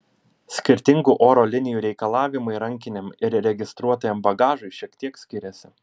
skirtingų oro linijų reikalavimai rankiniam ir registruotajam bagažui šiek tiek skiriasi